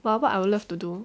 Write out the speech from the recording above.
but what I would love to do